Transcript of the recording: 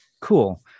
Cool